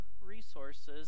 resources